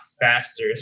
faster